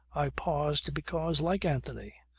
i paused because, like anthony,